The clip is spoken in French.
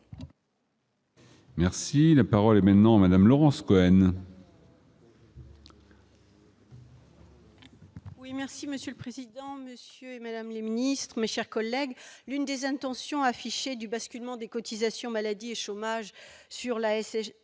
Merci, la parole est maintenant Madame Laurence Cohen. Oui, merci Monsieur le Président, Monsieur et Madame la Ministre, mes chers collègues, l'une des intentions affichées du basculement des cotisations maladie et chômage sur l'ASF